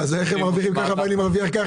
השאלה איך הם מרוויחים כך ואני כך.